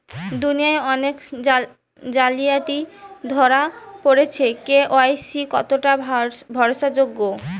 দুনিয়ায় অনেক জালিয়াতি ধরা পরেছে কে.ওয়াই.সি কতোটা ভরসা যোগ্য?